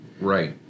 Right